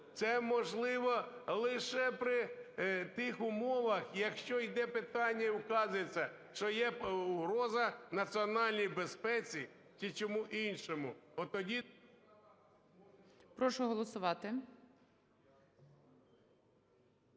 це можливо лише при тих умовах, якщо йде питання і указується, що є угроза національній безпеці чи чому іншому.